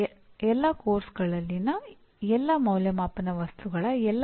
ಇದನ್ನು ನಾವು ನಂತರದ ಘಟಕದಲ್ಲಿ ಮಾತನಾಡುತ್ತೇವೆ